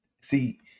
see